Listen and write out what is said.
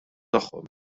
tagħhom